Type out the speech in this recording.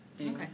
okay